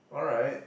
alright